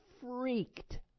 freaked